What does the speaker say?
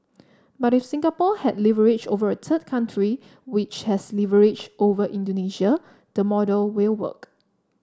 but if Singapore has leverage over a third country which has leverage over Indonesia the model will work